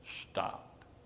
stopped